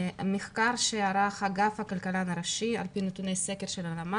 מחקר שערך אגף הכלכלן הראשי על פי נתוני סקר של הלשכה